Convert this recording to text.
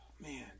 man